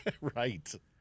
Right